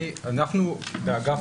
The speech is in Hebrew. אנחנו באגף